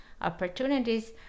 opportunities